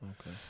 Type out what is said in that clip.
Okay